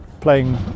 playing